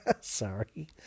Sorry